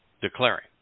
declaring